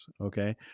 Okay